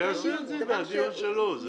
שיעשה את זה בדיון שלו.